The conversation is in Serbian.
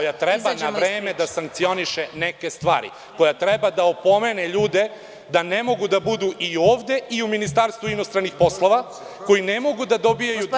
koja treba na vreme da sankcioniše neke stvari, koja treba da opomene ljude da ne mogu da budu i ovde i u Ministarstvu inostranih poslova, koji ne mogu da dobijaju dva radna…